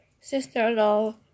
sister-in-law